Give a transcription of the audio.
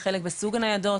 בחלק בסוג הניידות,